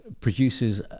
produces